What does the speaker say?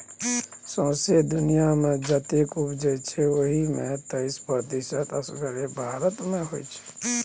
सौंसे दुनियाँमे जतेक दुधक उपजै छै ओहि मे तैइस प्रतिशत असगरे भारत मे होइ छै